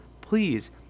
please